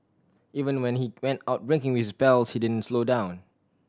even when he went out drinking with pals he didn't slow down